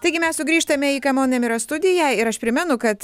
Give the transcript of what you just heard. taigi mes sugrįžtame į kamon nemira studiją ir aš primenu kad